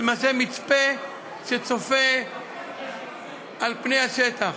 למעשה זה מצפה שצופה על פני השטח.